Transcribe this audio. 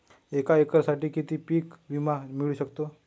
एका एकरसाठी किती पीक विमा मिळू शकतो?